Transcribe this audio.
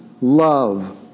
love